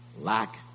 lack